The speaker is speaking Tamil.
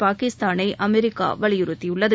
பாகிஸ்தானை அமெரிக்காவலியுறுத்தியுள்ளது